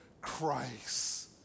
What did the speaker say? Christ